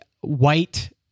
white